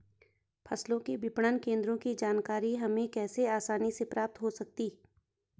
फसलों के विपणन केंद्रों की जानकारी हमें कैसे आसानी से प्राप्त हो सकती?